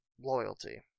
loyalty